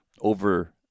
over